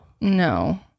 No